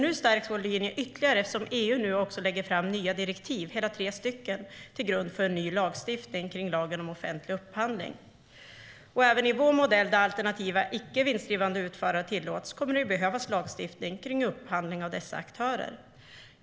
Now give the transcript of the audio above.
Nu stärks vår linje ytterligare, eftersom EU också lägger fram nya direktiv - hela tre stycken - till grund för en ny lagstiftning i anslutning till lagen om offentlig upphandling. Även i vår modell där alternativa icke vinstdrivande utförare tillåts kommer det att behövas lagstiftning om upphandling av dessa aktörer. Herr talman!